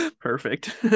perfect